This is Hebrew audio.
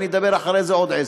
אני אדבר אחרי זה עוד עשר,